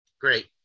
Great